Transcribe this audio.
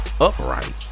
upright